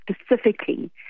specifically